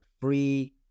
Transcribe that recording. free